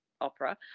opera